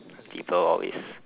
people always